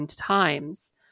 times